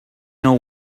know